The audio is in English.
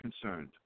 concerned